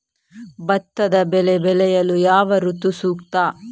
ಭತ್ತದ ಬೆಳೆ ಬೆಳೆಯಲು ಯಾವ ಋತು ಸೂಕ್ತ?